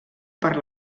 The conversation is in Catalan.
per